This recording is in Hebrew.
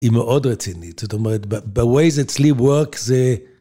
היא מאוד רצינית, זאת אומרת, בווייז אצלי וורק זה...